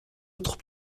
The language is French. autres